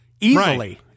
easily